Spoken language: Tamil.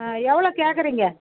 ஆ எவ்வளோ கேக்கறீங்க